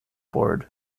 board